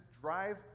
drive